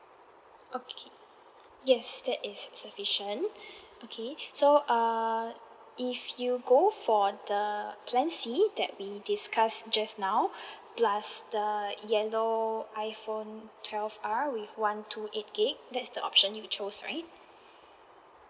okay yes that is sufficient okay so err if you go for the plan C that we discussed just now plus the yellow iPhone twelve R with one two eight gigabyte that's the option you chose right